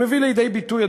שמביא לידי ביטוי,